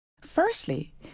Firstly